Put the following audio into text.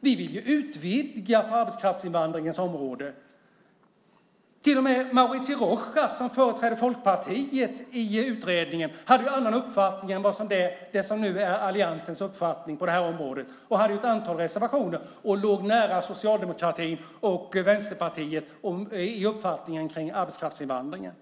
Vi vill utvidga arbetskraftsinvandringen. Till och med Mauricio Rojas, som företräder Folkpartiet i utredningen, hade en annan uppfattning än den som nu är alliansens på det här området. Han hade ett antal reservationer och låg nära socialdemokratin och Vänsterpartiet i uppfattningen om arbetskraftsinvandringen.